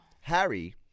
Harry